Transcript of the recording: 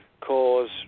cause